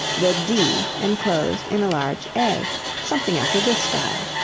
the d enclosed in a large a something after this style.